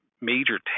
major